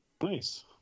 Nice